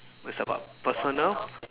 it's about personal